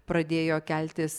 pradėjo keltis